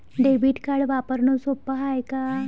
Debit card वापरणं सोप हाय का?